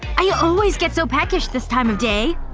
i always get so peckish this time of day.